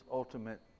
ultimate